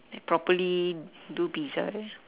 like properly do pizza